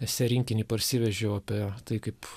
esė rinkinį parsivežiau apie tai kaip